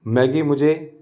Maggi मुझे